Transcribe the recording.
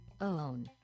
own